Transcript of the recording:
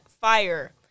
fire